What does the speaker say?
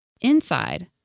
Inside